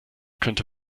könnte